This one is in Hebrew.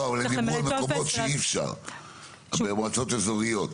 לא אבל הם דיברו על מקומות שאי אפשר במועצות אזוריות,